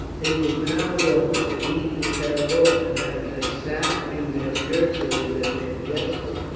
it was now august, the heat was terrible, and as they sat in their shirtsleeves at their desks,